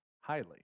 highly